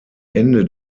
ende